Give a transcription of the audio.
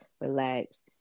relax